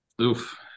Oof